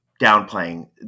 downplaying